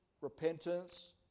repentance